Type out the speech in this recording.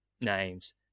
names